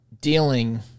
dealing